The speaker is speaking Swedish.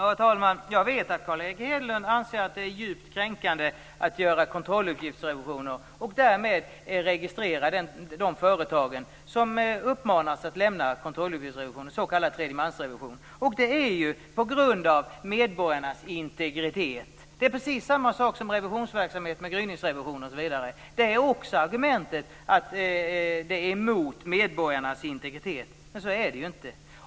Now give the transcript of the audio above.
Herr talman! Jag vet att Carl Erik Hedlund anser att det är djupt kränkande att göra kontrolluppgiftsrevisioner och därmed registrera de företag som uppmanas att lämna kontrolluppgiftsrevision, s.k. tredjemansrevision - detta på grund av medborgarnas integritet. Det är precis samma argument när det gäller revisionsverksamhet med gryningsrevisioner osv., att det är emot medborgarnas integritet. Men så är det ju inte.